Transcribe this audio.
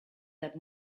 that